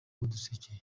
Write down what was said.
uduseke